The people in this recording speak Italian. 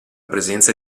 presenza